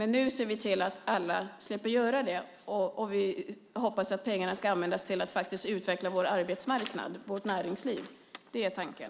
Nu ser vi till att alla slipper göra det. Vi hoppas att pengarna ska användas till att utveckla vår arbetsmarknad och vårt näringsliv. Det är tanken.